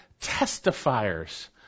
testifiers